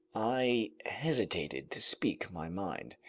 i hesitated to speak my mind.